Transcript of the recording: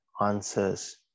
answers